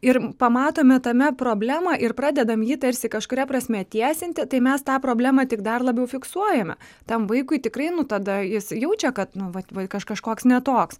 ir pamatome tame problemą ir pradedam jį tarsi kažkuria prasme tiesinti tai mes tą problemą tik dar labiau fiksuojame tam vaikui tikrai nu tada jis jaučia kad nu vat vaikaš kažkoks ne toks